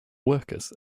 workers